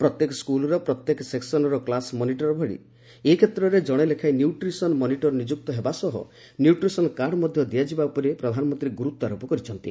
ପ୍ରତ୍ୟେକ ସ୍କୁଲ୍ର ପ୍ରତ୍ୟେକ ସେକ୍କନର କ୍ଲାସ୍ ମନିଟର ଭଳି ଏ କ୍ଷେତ୍ରରେ ଜଣେ ଲେଖାଏଁ ନ୍ୟୁଟ୍ରିସନ୍ ମନିଟର୍ ନିଯୁକ୍ତ ହେବା ସହ ନ୍ୟୁଟ୍ରିସନ୍ କାର୍ଡ଼ ମଧ୍ୟ ଦିଆଯିବା ଉପରେ ପ୍ରଧାନମନ୍ତ୍ରୀ ଗୁରୁତ୍ୱ ଆରୋପ କରିଛନ୍ତି